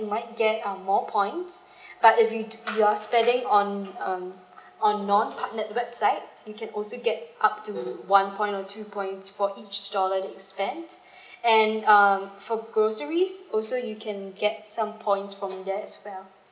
you might get um more points but if you you are spending on um on non partnered websites you can also get up to one point or two points for each dollar that you spent and um for groceries also you can get some points from there as well